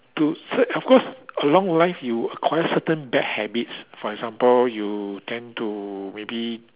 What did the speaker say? to s~ of course along the line you acquire certain bad habits for example you tend to maybe